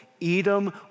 Edom